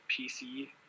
PC